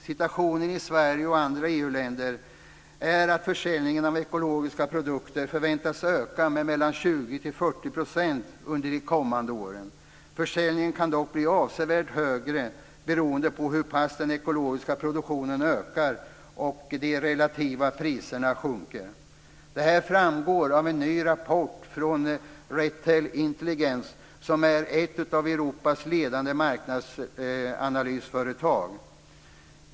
Försäljningen av ekologiska produkter i Sverige och andra EU-länder förväntas öka med 20-40 % under de kommande åren. Försäljningen kan dock bli avsevärt högre beroende på hur mycket den ekologiska produktionen ökar och de relativa priserna sjunker. Detta framgår av en ny rapport från Retail Intelligence som är ett av Europas ledande marknadsanalysföretag.